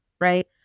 right